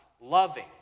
loving